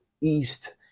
east